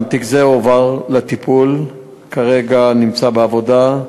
גם תיק זה הועבר לטיפול וכרגע נמצא בעבודה,